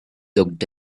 looked